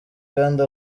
kandi